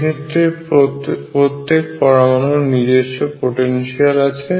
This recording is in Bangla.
এক্ষেত্রে প্রত্যেক পরমাণুর নিজস্ব পোটেনশিয়াল আছে